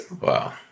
Wow